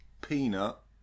Peanut